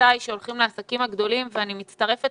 התפיסה היא שהולכים לעסקים הגדולים ואני מצטרפת